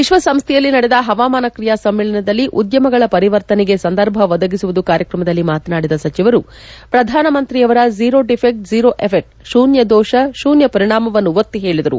ವಿಶ್ವಸಂಸ್ಥೆಯಲ್ಲಿ ನಡೆದ ಪವಾಮಾನ ಕ್ರಿಯಾ ಸಮ್ಮೇಳನದಲ್ಲಿ ಉದ್ಯಮಗಳ ಪರಿವರ್ತನೆಗೆ ಸಂದರ್ಭ ಒದಗಿಸುವುದು ಕಾರ್ಯಕ್ರಮದಲ್ಲಿ ಮಾತನಾಡಿದ ಸಚಿವರು ಪ್ರಧಾನಮಂತ್ರಿಯವರ ಝೀರೋ ಡಿಫೆಕ್ಟ್ ಝೀರೋ ಎಫೆಕ್ಟ್ ಶೂನ್ಯ ದೋಷ ಶೂನ್ಯ ಪರಿಣಾಮವನ್ನು ಒತ್ತಿ ಹೇಳಿದರು